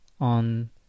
on